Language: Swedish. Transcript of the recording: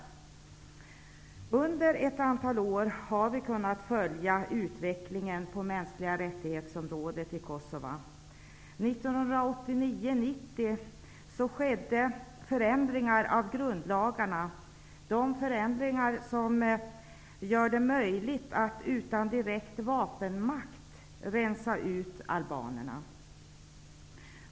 Under ett antal år har vi kunnat följa utvecklingen på MR-området i Kosova. 1989--1990 skedde förändringar av grundlagarna som gör det möjligt att utan direkt vapenmakt rensa ut albanerna.